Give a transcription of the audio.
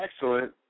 excellent